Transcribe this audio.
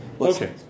Okay